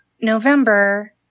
November